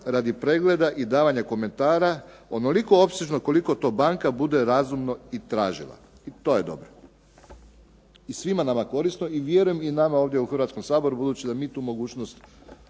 radi pregleda i davanja komentara onoliko opsežno koliko to banka bude razumno i tražila". I to je dobro i svima nama korisno i vjerujem da i nama ovdje u Hrvatskom saboru, budući da mi tu mogućnost